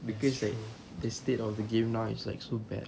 cause right the state of the game now it's like so bad